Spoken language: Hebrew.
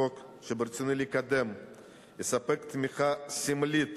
החוק שברצוני לקדם יספק תמיכה סמלית